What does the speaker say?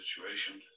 situation